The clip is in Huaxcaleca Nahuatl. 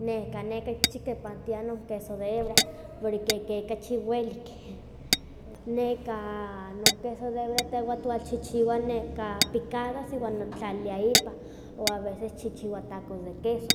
Neka neka ne kipaktia queso de hebra, kipaktia no queso de hebra porque kachi welik. Neka non queso de hebra tehwan twalchichiwa neka picadas iwa notlalilia ipa, o a veces tchichiwa tacos de queso.